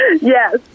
Yes